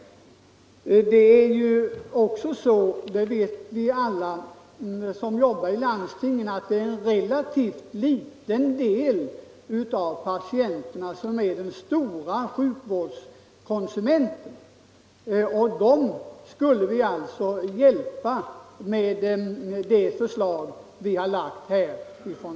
Det är också, det vet vi alla som arbetar inom landstingen, en relativt liten del av patienterna som är de stora sjukvårdskonsumenterna. Dem skulle vi alltså hjälpa med det förslag som centern lagt fram.